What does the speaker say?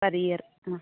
per year ah